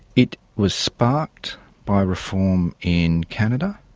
it was sparked by reform in canada,